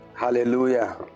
Hallelujah